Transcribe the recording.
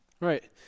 Right